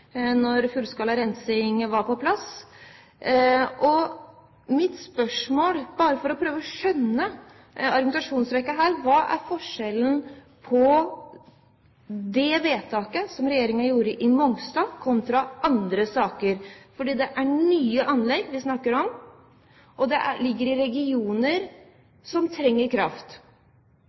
når fullskala rensing var på plass. Mitt spørsmål er – bare for å prøve å skjønne argumentasjonsrekken her: Hva er forskjellen på det vedtaket som regjeringen gjorde når det gjelder Mongstad, kontra andre saker? Det er nye anlegg vi snakker om, og de ligger i regioner som trenger kraft.